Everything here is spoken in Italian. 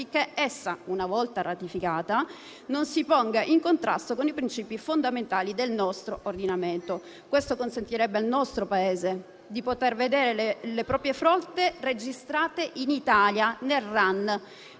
essa, una volta ratificata, non si ponga in contrasto con i principi fondamentali del nostro ordinamento. Questo consentirebbe al nostro Paese di poter vedere le proprie flotte registrate in Italia, nel